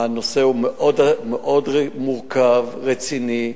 הנושא הוא מאוד מורכב, רציני,